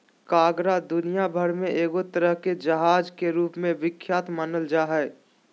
cargo दुनिया भर मे एगो तरह के जहाज के रूप मे विख्यात मानल जा हय